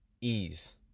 ease